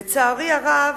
לצערי הרב,